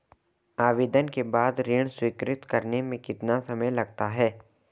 आवेदन के बाद ऋण स्वीकृत करने में कितना समय लगता है?